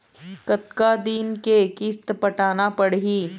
कतका दिन के किस्त पटाना पड़ही?